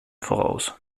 voraus